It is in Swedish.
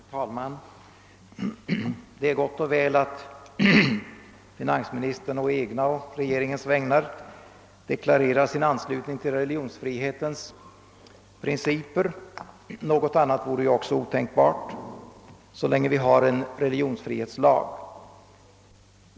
Herr talman! Det är gott och väl att finansministern på egna och regeringens vägnar deklarerar sin anslutning till religionsfrihetens principer. Något annat vore också otänkbart, så länge vi har en religionsfrihetslag.